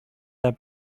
their